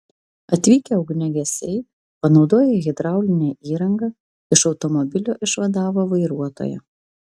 atvykę ugniagesiai panaudoję hidraulinę įrangą iš automobilio išvadavo vairuotoją